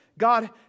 God